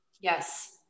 Yes